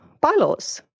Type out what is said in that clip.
bylaws